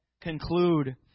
conclude